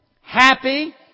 happy